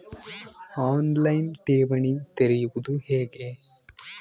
On line ಠೇವಣಿ ತೆರೆಯುವುದು ಹೇಗೆ?